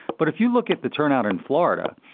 but if you look at the turnout in florida,